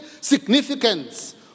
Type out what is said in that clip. significance